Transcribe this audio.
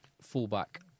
fullback